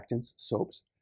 soaps